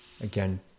again